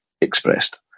expressed